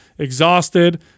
Exhausted